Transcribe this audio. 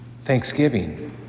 Thanksgiving